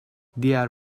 diğer